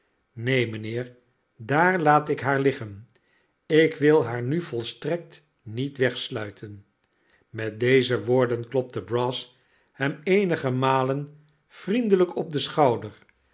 neen mijnheer daar laat ik haar liggen ik wil haar nu volstrekt niet wegsluiten met deze woorden klopte brass hem eenige malen vriendelijk op den schouder